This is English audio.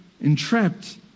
entrapped